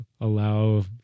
allow